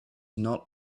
not